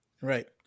Right